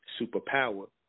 superpower